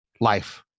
life